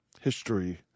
history